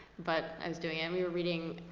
but i was doing it, and we were reading